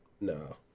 No